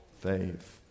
faith